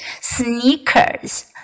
Sneakers